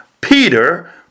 Peter